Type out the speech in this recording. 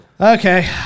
Okay